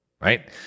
right